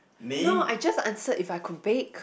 no I just answered if I could bake